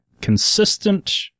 consistent